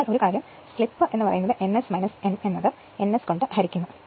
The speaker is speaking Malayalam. അതിനാൽ ഒരു കാര്യം സ്ലിപ്പ് n S n എന്നത് n S കൊണ്ട് ഹരിക്കുന്നു